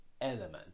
element